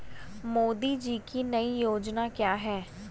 मोदी की नई योजना क्या है?